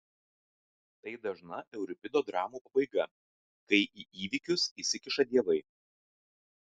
tai dažna euripido dramų pabaiga kai į įvykius įsikiša dievai